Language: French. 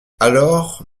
alors